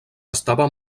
estava